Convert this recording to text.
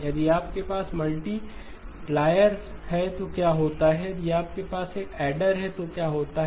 यदि आपके पास मल्टीप्लायर है तो क्या होता है यदि आपके पास एक ऐडर है तो क्या होता है